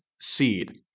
seed